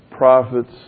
prophets